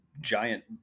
giant